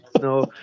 no